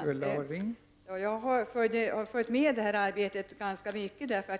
Fru talman! Jag har följt med i arbetet eftersom